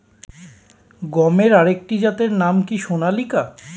গমের আরেকটি জাতের নাম কি সোনালিকা?